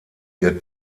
ihr